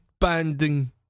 banding